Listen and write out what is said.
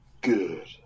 Good